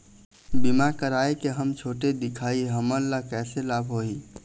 बीमा कराए के हम छोटे दिखाही हमन ला कैसे लाभ होही?